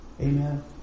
Amen